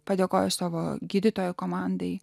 padėkojo savo gydytojo komandai